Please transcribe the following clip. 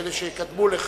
אלה שקדמו לך,